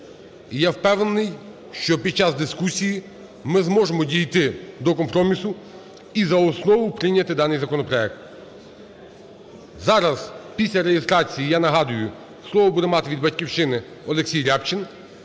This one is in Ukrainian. я впевнений, що під час дискусії ми зможемо дійти до компромісу і за основу прийняти даний законопроект. Зараз, після реєстрації, я нагадую, слово буде мати від "Батьківщини" Олексій Рябчин.